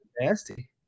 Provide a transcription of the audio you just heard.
nasty